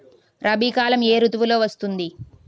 రబీ కాలం ఏ ఋతువులో వస్తుంది?